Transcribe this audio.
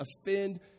offend